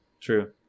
true